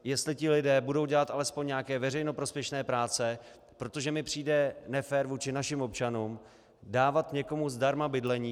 Jestli ti lidé budou dělat alespoň nějaké veřejně prospěšné práce, protože mi přijde nefér vůči našim občanům dávat někomu zdarma bydlení.